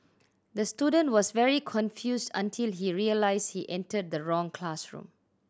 the student was very confused until he realised he entered the wrong classroom